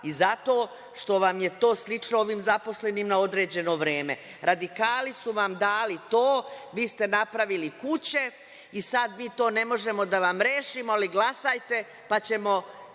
i zato što vam je to slično ovim zaposlenim na određeno vreme. Radikali su vam dali to, vi ste napravili kuće i sad mi to ne možemo da vam rešimo, ali glasajte pa ćemo